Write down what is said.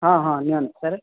ହଁ ହଁ ନିଅନ୍ତୁ ସାର୍